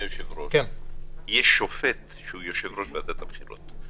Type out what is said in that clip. יש שופט שהוא יושב-ראש ועדת הבחירות,